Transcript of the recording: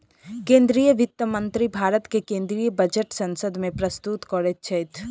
केंद्रीय वित्त मंत्री भारत के केंद्रीय बजट संसद में प्रस्तुत करैत छथि